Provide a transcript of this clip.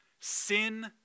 Sin